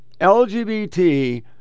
LGBT